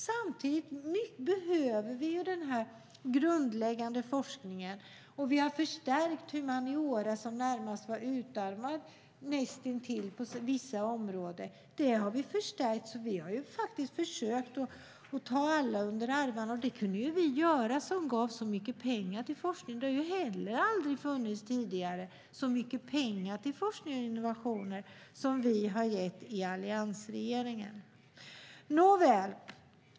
Samtidigt behöver vi den grundläggande forskningen, och vi har förstärkt humaniora som var näst intill utarmad på vissa områden. Vi har försökt ta alla under armarna, och det kunde vi göra eftersom vi gav så mycket pengar till forskning. Det har aldrig tidigare funnits så mycket pengar till forskning och innovation som vi i alliansregeringen har gett.